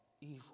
evil